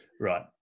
Right